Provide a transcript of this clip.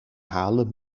halen